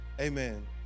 Amen